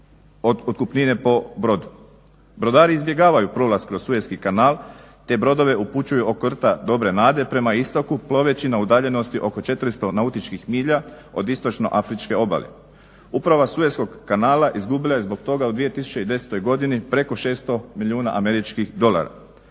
otkupnine po brodu. Brodari izbjegavaju prolaz kroz Sueski kanal, te brodove upućuju oko rta Dobre nade prema istoku ploveći na udaljenosti oko 400 nautičkih milja od istočno afričke obale. Uprava Sueskog kanala izgubila je zbog toga u 2010. godini preko 600 milijuna američkih dolara.